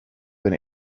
been